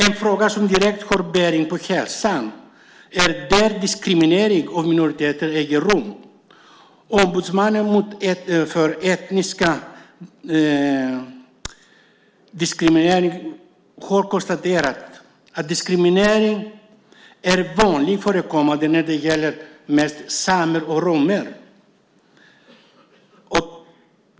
En fråga som direkt har bäring på hälsan är när diskriminering av minoriteter äger rum. Ombudsmannen mot etnisk diskriminering har konstaterat att diskriminering är vanligt förekommande när det gäller samer och romer.